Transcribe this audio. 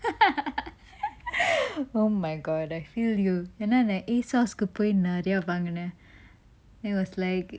oh my god I feel you என்னன்ன:ennanna asos கு போய் நெறைய வாங்குனன்:ku poai neraya vangunan I was like